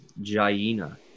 Jaina